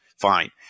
fine